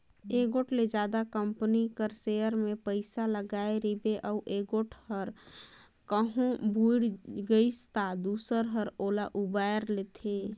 एगोट ले जादा कंपनी कर सेयर में पइसा लगाय रिबे अउ एगोट हर कहों बुइड़ गइस ता दूसर हर ओला उबाएर लेथे